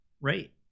right